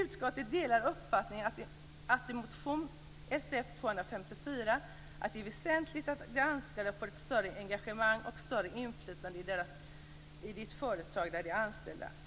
Utskottet delar uppfattningen i motion Sf254, att det är väsentligt att de anställda får större engagemang och större inflytande i det företag där de är anställda.